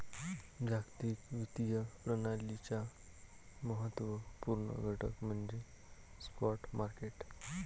जागतिक वित्तीय प्रणालीचा महत्त्व पूर्ण घटक म्हणजे स्पॉट मार्केट